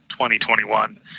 2021